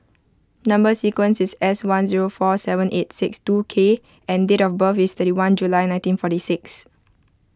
Number Sequence is S one zero four seven eight six two K and date of birth is thirty one July nineteen forty six